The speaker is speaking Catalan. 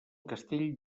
castell